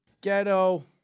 ghetto